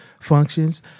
functions